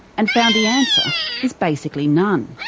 and found the answer is basically none.